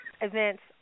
events